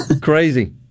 Crazy